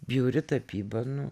bjauri tapyba nu